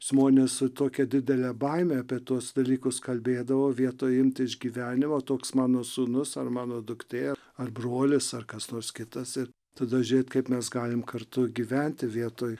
žmonės su tokia didele baime apie tuos dalykus kalbėdavo vietoj imt iš gyvenimo toks mano sūnus ar mano duktė ar brolis ar kas nors kitas ir tada žiūrėt kaip mes galim kartu gyventi vietoj